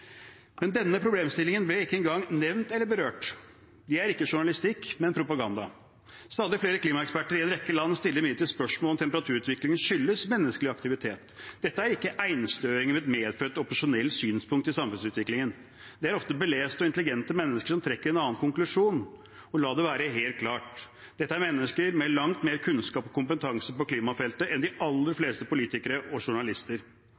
Men denne problemstillingen ble ikke engang nevnt eller berørt. Det er ikke journalistikk, men propaganda. Stadig flere klimaeksperter i en rekke land stiller imidlertid spørsmål om temperaturutviklingen skyldes menneskelig aktivitet. Dette er ikke einstøinger med et medfødt opposisjonelt synspunkt på samfunnsutviklingen; dette er ofte beleste og intelligente mennesker som trekker en annen konklusjon. Og la det være helt klart: Dette er mennesker med langt mer kunnskap og kompetanse på klimafeltet enn de aller fleste politikere og journalister.